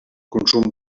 consum